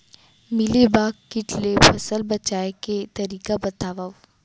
Mealybug किट ले फसल बचाए के तरीका बतावव?